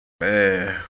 Man